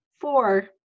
four